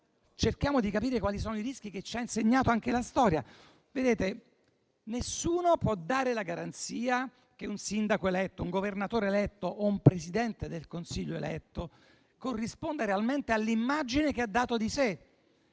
Cerchiamo di capire quali sono i rischi che ci ha insegnato anche la storia. Nessuno può dare la garanzia che un sindaco eletto, un governatore eletto o un Presidente del Consiglio eletto corrispondano realmente all'immagine che hanno dato di sé.